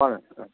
வாங்க